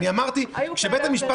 אמרתי שבית המשפט